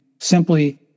simply